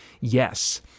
yes